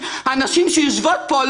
הנשים שיושבות פה,